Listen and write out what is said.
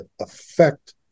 affect